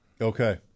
Okay